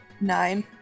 nine